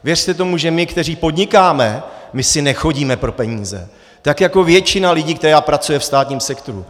Věřte tomu, že my, kteří podnikáme, my si nechodíme pro peníze, tak jako většina lidí, která pracuje ve státním sektoru.